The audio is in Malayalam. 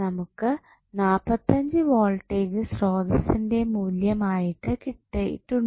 നമുക്ക് 45 വോൾടേജ് സ്രോതസ്സിന്റെ മൂല്യം ആയിട്ട് കിട്ടിയിട്ടുണ്ട്